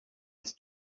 his